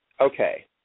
Okay